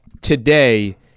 today